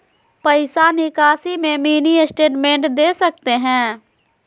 पैसा निकासी में मिनी स्टेटमेंट दे सकते हैं?